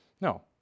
No